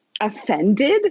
offended